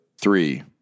three